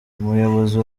umuyobozi